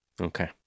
Okay